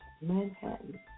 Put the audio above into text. Manhattan